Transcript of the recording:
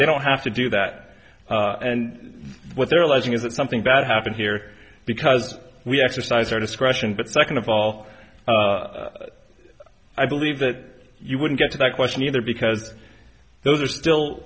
we don't have to do that and what they're alleging is that something bad happened here because we exercise our discretion but second of all i believe that you wouldn't get to that question either because those are still